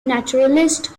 naturalist